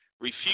refuse